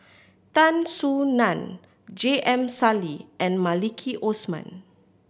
Tan Soo Nan J M Sali and Maliki Osman